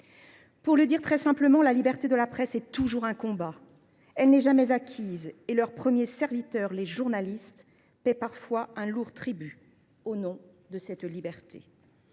Pour le dire très simplement, la liberté de la presse est toujours un combat ; elle n’est jamais acquise et ses premiers serviteurs, les journalistes, paient parfois un lourd tribut en son nom.